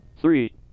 Three